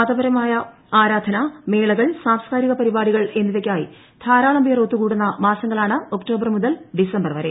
മതപരമായ ആരാധന മേളകൾ സാംസ്കാരിക പരിപാടികൾ എന്നിവയ്ക്കായി ധാരാളം പേർ ഒത്തുകൂടുന്ന മാസങ്ങളാണ് ഒക്ടോബർ മുതൽ ഡിസംബർ വരെ